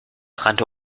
rannte